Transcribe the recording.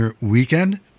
weekend